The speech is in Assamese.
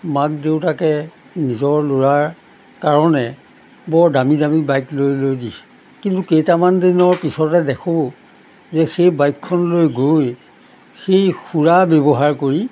মাক দেউতাকে নিজৰ ল'ৰাৰ কাৰণে বৰ দামী দামী বাইক লৈ লৈ দিছে কিন্তু কেইটামান দিনৰ পিছতে দেখোঁ যে সেই বাইকখন লৈ গৈ সেই সুৰা ব্যৱহাৰ কৰি